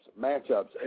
matchups